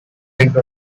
into